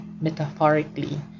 Metaphorically